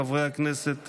חברי הכנסת